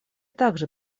также